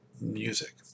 music